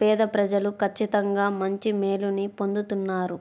పేదప్రజలు ఖచ్చితంగా మంచి మేలుని పొందుతున్నారు